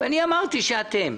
ואני אמרתי שאתם.